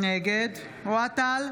נגד אוהד טל,